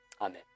Amen